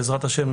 בעזרת השם,